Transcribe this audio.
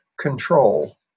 control